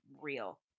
real